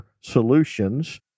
Solutions